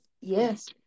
Yes